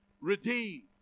Redeemed